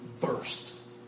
burst